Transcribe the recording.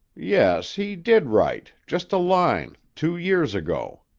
yes. he did write just a line two years ago.